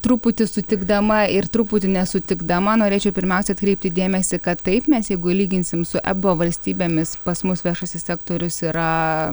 truputį sutikdama ir truputį nesutikdama norėčiau pirmiausia atkreipti dėmesį kad taip mes jeigu lyginsim su ebo valstybėmis pas mus viešasis sektorius yra